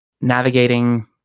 navigating